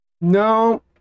No